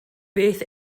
beth